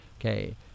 Okay